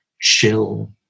chill